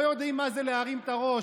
לא יודעים מה זה להרים את הראש,